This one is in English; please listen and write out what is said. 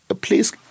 please